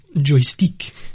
joystick